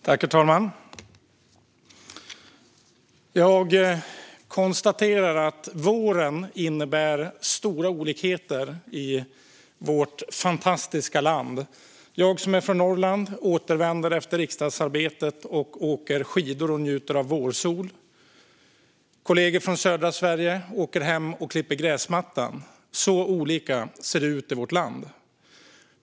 Herr talman! Jag konstaterar att våren innebär stora olikheter i vårt fantastiska land. Jag som är från Norrland återvänder hem efter riksdagsarbetet och åker skidor och njuter av vårsol. Kollegor från södra Sverige åker hem och klipper gräsmattan. Så olika ser det ut i vårt land.